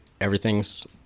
everything's